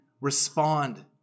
respond